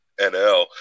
NL